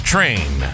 Train